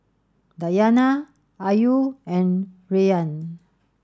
Dayana Ayu and Rayyan